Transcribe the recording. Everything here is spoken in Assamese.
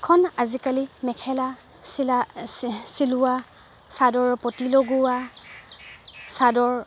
এখন আজিকালি মেখেলা চিলা চিলোৱা চাদৰৰ পতি লগ লগোৱা চাদৰ